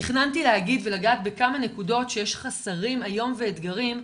תכננתי להגיד ולגעת בכמה נקודות שיש חסרים ואתגרים היום,